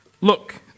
Look